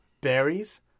berries